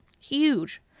Huge